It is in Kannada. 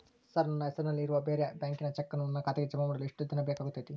ಸರ್ ನನ್ನ ಹೆಸರಲ್ಲಿ ಇರುವ ಬೇರೆ ಬ್ಯಾಂಕಿನ ಚೆಕ್ಕನ್ನು ನನ್ನ ಖಾತೆಗೆ ಜಮಾ ಮಾಡಲು ಎಷ್ಟು ದಿನ ಬೇಕಾಗುತೈತಿ?